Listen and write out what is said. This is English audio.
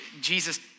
Jesus